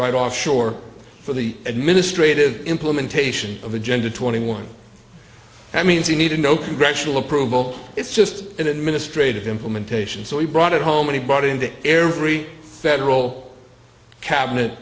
right off shore for the administrative implementation of agenda twenty one i mean he needed no congressional approval it's just an administrative implementation so he brought it home anybody and every federal cabinet